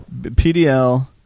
PDL